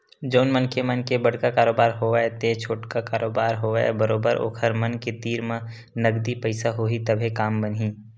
जउन मनखे मन के बड़का कारोबार होवय ते छोटका कारोबार होवय बरोबर ओखर मन के तीर म नगदी पइसा होही तभे काम बनही